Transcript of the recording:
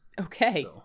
Okay